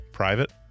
private